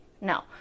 no